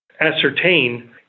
ascertain